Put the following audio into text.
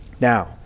Now